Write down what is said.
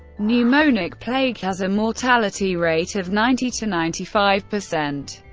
pneumonic plague has a mortality rate of ninety to ninety five per cent.